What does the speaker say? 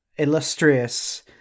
illustrious